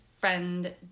friend